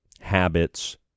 habits